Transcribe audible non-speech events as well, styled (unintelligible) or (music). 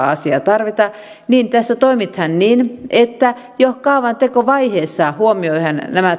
(unintelligible) asiaa tarvita niin tässä toimitaan niin että jo kaavantekovaiheessa huomioidaan nämä (unintelligible)